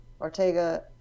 Ortega